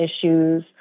issues